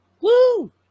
Woo